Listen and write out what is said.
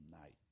night